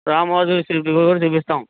Ramoji film city చూపిస్తాం